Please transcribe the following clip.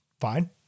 fine